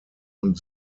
und